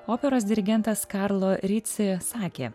operos dirigentas karlo rici sakė